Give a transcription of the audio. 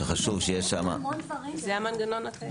חשוב שיהיה שם --- זהו המנגנון הקיים.